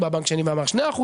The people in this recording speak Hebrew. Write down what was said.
בא בנק אחר ואמר 2%,